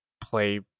play